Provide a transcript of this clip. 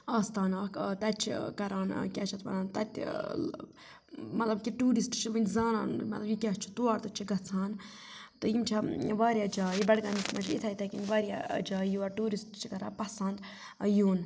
آستان اَکھ تَتہِ چھِ کَران کیٛاہ چھِ اَتھ وَنان تَتہِ مطلب کہِ ٹیوٗرِسٹ چھِ وٕنہِ زانان مطلب یہِ کیٛاہ چھُ تور تہِ چھِ گَژھان تہٕ یِم چھےٚ واریاہ جایہِ بَڈگامَس منٛز چھِ یِتھَے یِتھَے کٔنۍ واریاہ جایہِ یور ٹیوٗرِسٹ چھِ کَران پَسَنٛد یُن